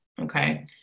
Okay